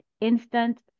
instant